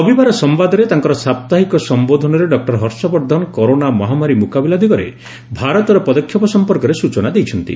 ରବିବାର ସମ୍ଘାଦରେ ତାଙ୍କର ସାପ୍ତାହିକ ସମ୍ଘୋଧନରେ ଡକ୍କର ହର୍ଷବର୍ଦ୍ଧନ କରୋନା ମହାମାରୀ ମୁକିବିଲା ଦିଗରେ ଭାରତର ପଦକ୍ଷେପ ସମ୍ପର୍କରେ ସୂଚନା ଦେଇଛନ୍ତି